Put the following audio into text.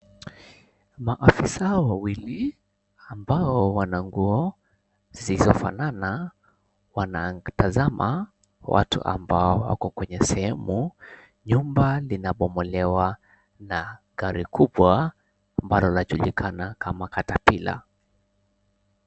Ma afisa wawili ambao wana nguo zisizo fanana wanatazama watu ambao wako kwenye sehemu nyumba lina bomolewa na gari kubwa ambalo la julikana kama, Caterpillar.